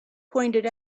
pointed